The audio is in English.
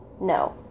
No